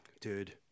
dude